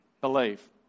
believe